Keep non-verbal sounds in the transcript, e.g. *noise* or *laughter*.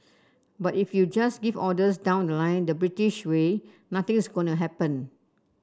but if you just give orders down the line the British way nothing's gonna *unintelligible* happen